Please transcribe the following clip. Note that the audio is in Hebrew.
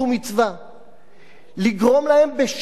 לגרום להם בשל ההסכמים הקואליציוניים